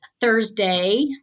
Thursday